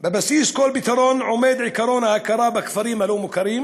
בבסיס כל פתרון עומד עקרון ההכרה בכפרים הלא-מוכרים,